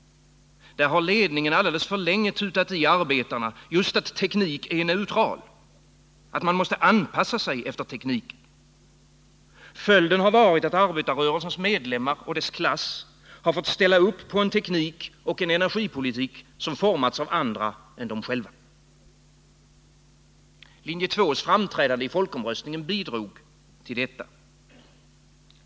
Där har ledningen alldeles för länge tutat i arbetarna just att teknik är neutral, att man måste anpassa sig efter tekniken. Följden har varit att arbetarrörelsens medlemmar och dess klass har fått ställa upp på en teknik och en energipolitik som formats av andra än de själva. Linje 2:s framträdande i folkomröstningen bidrog till detta.